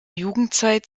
jugendzeit